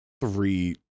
three